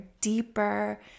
deeper